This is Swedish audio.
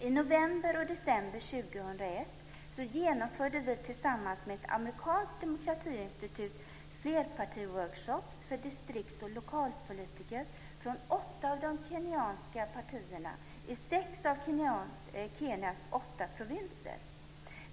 I november och december 2001 genomförde vi tillsammans med ett amerikanskt demokratiinstitut flerpartiworkshops för distrikts och lokalpolitiker från åtta av de kenyanska partierna i sex av Kenyas åtta provinser.